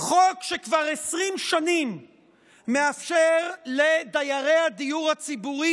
חוק שכבר 20 שנים מאפשר לדיירי הדיור הציבורי